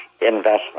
investment